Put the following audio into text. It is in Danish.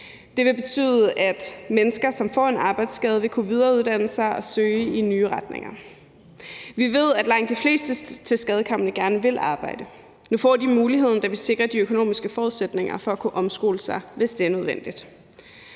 Det vil betyde, at mennesker, som får en arbejdsskade, vil kunne videreuddanne sig og søge i nye retninger. Vi ved, at langt de fleste tilskadekomne gerne vil arbejde. Nu får de muligheden, da vi sikrer de økonomiske forudsætninger for at kunne omskole sig, hvis det er nødvendigt.